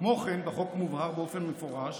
כמו כן, בחוק מובהר באופן מפורש